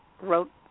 wrote